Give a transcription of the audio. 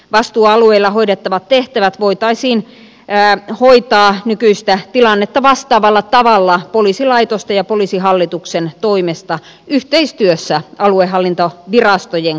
vastuualueilla hoidettavat tehtävät voitaisiin hoitaa nykyistä tilannetta vastaavalla tavalla poliisilaitosten ja poliisihallituksen toimesta yhteistyössä aluehallintovirastojen kanssa